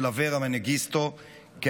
אברה מנגיסטו בהדלקת נר שמיני של חנוכה,